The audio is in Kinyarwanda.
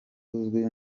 uzwi